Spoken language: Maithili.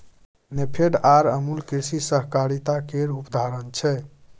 नेफेड आर अमुल कृषि सहकारिता केर उदाहरण छै